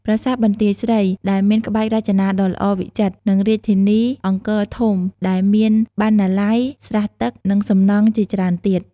ប្រាសាទបន្ទាយស្រីដែលមានក្បាច់រចនាដ៏ល្អវិចិត្រ និងរាជធានីអង្គរធំដែលមានបណ្ណាល័យ ស្រះទឹក និងសំណង់ជាច្រើនទៀត។